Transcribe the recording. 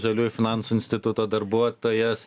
žaliųjų finansų instituto darbuotojas